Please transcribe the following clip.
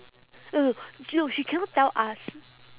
no no sh~ no she cannot tell us